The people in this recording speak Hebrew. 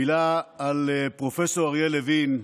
מילה על פרופ' אריה לוין,